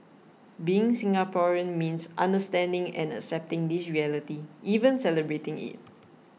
being Singaporean means understanding and accepting this reality even celebrating it